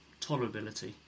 tolerability